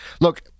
Look